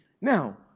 Now